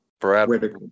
Brad